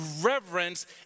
reverence